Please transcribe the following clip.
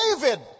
David